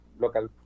local